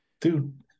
dude